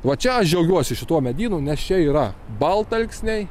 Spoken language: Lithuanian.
va čia aš džiaugiuosi šituo medynu nes čia yra baltalksniai